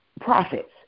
profits